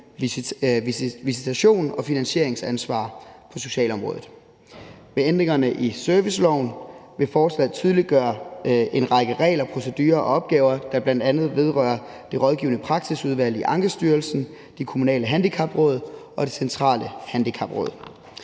visitation og finansieringsansvar på socialområdet. Med ændringerne i serviceloven vil forslaget tydeliggøre en række regler, procedurer og opgaver, der bl.a. vedrører Det Rådgivende Praksisudvalg i Ankestyrelsen, de kommunale handicapråd og Det Centrale Handicapråd.